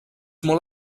molt